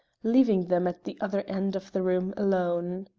leaving them at the other end of the room alone.